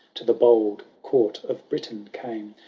to the bold court of britain came.